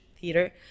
theater